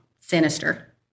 sinister